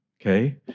okay